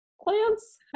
plants